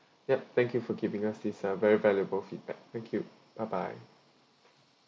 yup thank you for giving us this uh very valuable feedback thank you bye bye